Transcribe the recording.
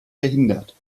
verhindert